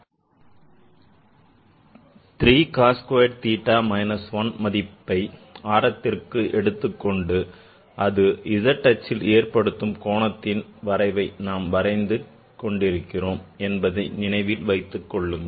3 cos squared theta minus 1 மதிப்பை ஆரத்திற்கு எடுத்துக்கொண்டு அது z அச்சில் ஏற்படுத்தும் கோணத்தின் வரைவை நாம் வரைந்து கொண்டிருக்கிறோம் என்பதை நினைவில் வைத்துக் கொள்ளுங்கள்